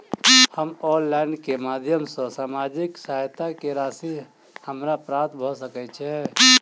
हम ऑनलाइन केँ माध्यम सँ सामाजिक सहायता केँ राशि हमरा प्राप्त भऽ सकै छै?